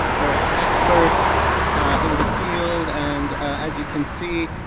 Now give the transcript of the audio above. they're all experts in the field and as you can see,